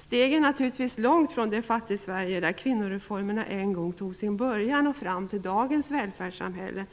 Steget är naturligtvis långt från det Fattigsverige, där kvinnoreformerna än gång tog sin början, fram till dagens välfärdssamhälle.